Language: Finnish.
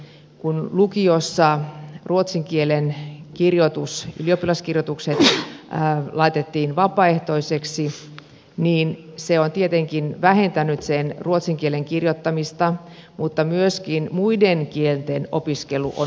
päinvastoin kun lukiossa ruotsin kielen ylioppilaskirjoitukset laitettiin vapaaehtoisiksi niin se on tietenkin vähentänyt sen ruotsin kielen kirjoittamista mutta myöskin muiden kielten opiskelu on vähentynyt